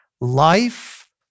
Life